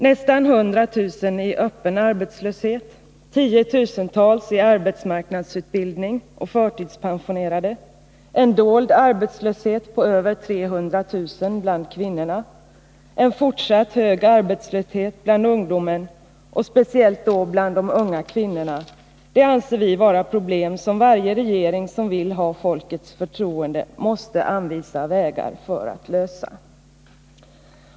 Nästan 100 000 i öppen arbetslöshet, tiotusentals i arbetsmarknadsutbildning och förtidspensionerade, en dold arbetslöshet på över 300 000 bland kvinnorna, en fortsatt hög arbetslöshet bland ungdomen och speciellt då bland de unga kvinnorna — det anser vi vara problem som varje regering som vill ha folkets förtroende måste anvisa vägar för att lösa.